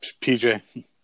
PJ